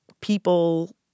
people